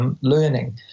learning